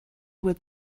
with